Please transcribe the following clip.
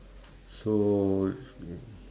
so